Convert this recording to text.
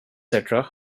under